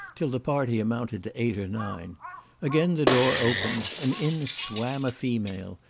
till the party amounted to eight or nine again the door opened, and in swam a female,